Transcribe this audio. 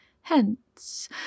Hence